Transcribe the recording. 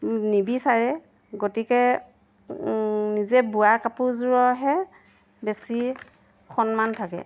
নিবিচাৰে গতিকে নিজে বোৱা কাপোৰযোৰৰহে বেছি সন্মান থাকে